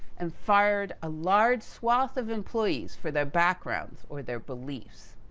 and fired a large swath of employees, for their backgrounds or their beliefs.